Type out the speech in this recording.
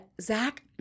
Zach